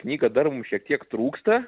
knygą dar mums šiek tiek trūksta